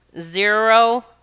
zero